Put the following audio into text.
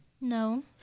No